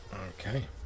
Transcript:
Okay